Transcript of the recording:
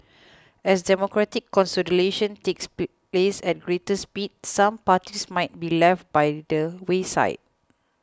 as democratic consolidation takes place at greater speed some parties might be left by the wayside